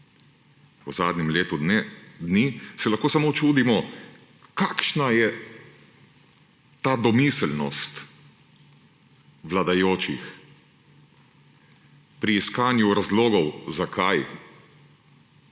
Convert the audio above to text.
v zadnjem letu dni, se lahko samo čudimo, kakšna je ta domiselnost vladajočih pri iskanju razlogov, zakaj.